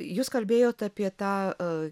jūs kalbėjote apie tą